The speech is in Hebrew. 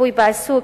ריפוי בעיסוק,